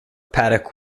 paddock